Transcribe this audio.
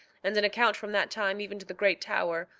and an account from that time even to the great tower,